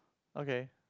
okay